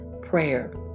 prayer